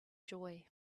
joy